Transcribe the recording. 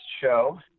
show